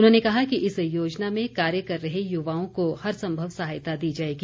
उन्होंने कहा कि इस योजना में कार्य कर रहे युवाओं को हर संभव सहायता दी जाएगी